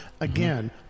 again